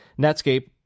Netscape